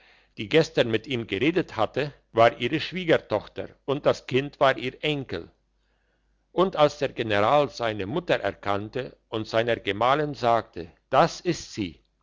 die gestern mit ihm geredet hatte war ihre schwiegertochter und das kind war ihr enkel und als der general seine mutter erkannte und seiner gemahlin sagte das ist sie